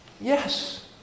Yes